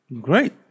Great